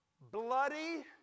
bloody